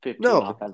No